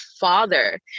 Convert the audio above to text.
father